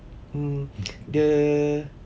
hmm dia